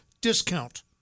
discount